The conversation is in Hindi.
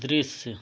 दृश्य